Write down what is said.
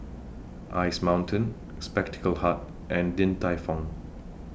Ice Mountain Spectacle Hut and Din Tai Fung